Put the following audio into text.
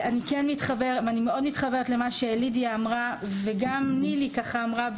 ואני מתחברת למה שלידיה אמרה וגם נילי אמרה,